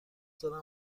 دارم